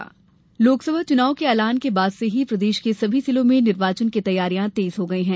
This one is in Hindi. चुनाव तैयारी लोकसभा चुनाव के ऐलान के बाद से ही प्रदेश के सभी जिलों में निर्वाचन की तैयारियां तेज हो गयी है